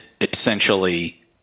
essentially